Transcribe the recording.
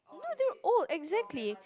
you know as in oh exactly